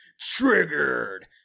triggered